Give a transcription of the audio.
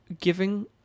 giving